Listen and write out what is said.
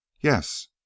Yes